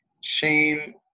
Shame